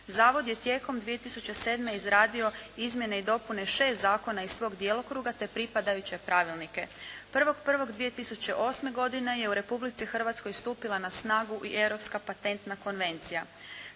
zavod je tijekom 2007. izradio izmjene i dopune 6 zakona iz svog djelokruga te pripadajuće pravilnike. 1.1.2008. godine je u Republici Hrvatskoj stupila na snagu i Europska patentna konvencija.